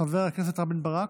חבר הכנסת רם בן ברק,